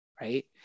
right